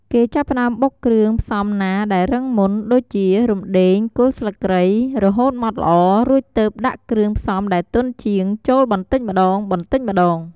គេចាប់ផ្ដើមបុកគ្រឿងផ្សំណាដែលរឹងមុន ដូចជា រំដេង គល់ស្លឹកគ្រៃ រហូតម៉ដ្ឋល្អ រួចទើបដាក់គ្រឿងផ្សំដែលទន់ជាងចូលបន្តិចម្ដងៗ។